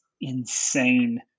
insane